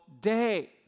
day